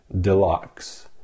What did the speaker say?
deluxe